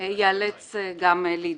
ייאלץ להידחות.